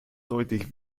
deutlich